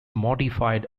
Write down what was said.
modified